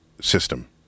system